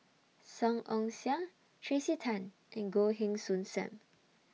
Song Ong Siang Tracey Tan and Goh Heng Soon SAM